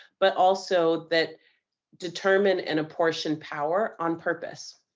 but also that determine and apportion power on purpose.